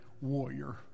warrior